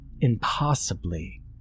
impossibly